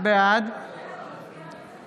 בעד זאב בנימין בגין, בעד אוריאל